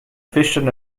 fischern